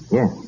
Yes